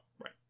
Right